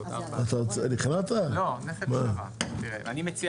אני מציע